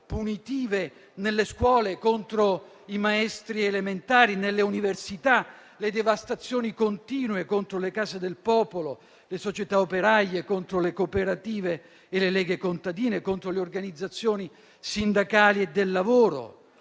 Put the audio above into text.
punitive nelle scuole contro i maestri elementari e nelle università, le devastazioni continue contro le case del popolo, le società operaie, le cooperative e le leghe contadine, le organizzazioni sindacali e del lavoro,